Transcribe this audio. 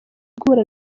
guhura